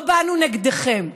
לא באנו נגדכם.